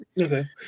Okay